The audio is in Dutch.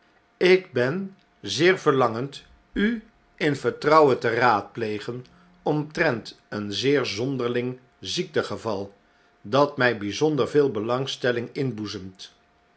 ik ben zeer verlangend u in vertrouwen te raadplegen omtrent een zeer zonderling ziektegeval dat mij byzonder veel belangstelling